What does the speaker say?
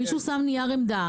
מישהו שם נייר עמדה